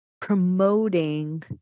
promoting